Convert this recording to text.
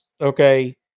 Okay